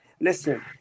listen